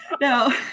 No